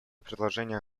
предложения